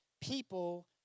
people